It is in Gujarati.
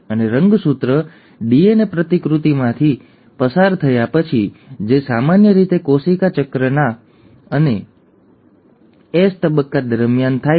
અને રંગસૂત્ર ડીએનએ પ્રતિકૃતિમાંથી પસાર થયા પછી જે સામાન્ય રીતે કોશિકા ચક્રના S તબક્કા દરમિયાન થાય છે